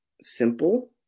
simple